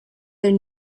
their